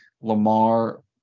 Lamar